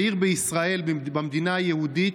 בעיר בישראל, במדינה היהודית,